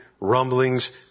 rumblings